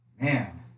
Man